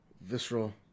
Visceral